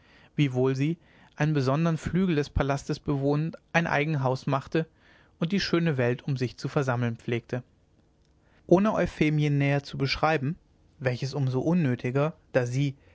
wiewohl sie einen besonderen flügel des palastes bewohnend ein eignes haus machte und die schöne welt um sich zu versammeln pflegte ohne euphemien näher zu beschreiben welches um so unnötiger da sie